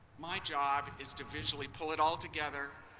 my job is to visually pull it all together,